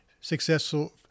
successful